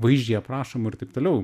vaizdžiai aprašomų ir taip toliau